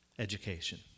education